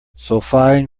solfaing